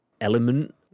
element